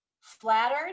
flattered